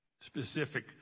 specific